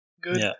Good